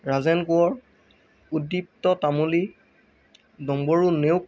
Rajen Konwar Udipta Tamuli Dambaru Neog